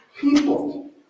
people